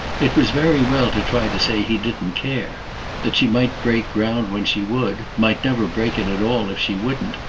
it was very well to try to say he didn't care that she might break ground when she would, might never break it at all if she wouldn't,